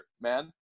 man